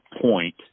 point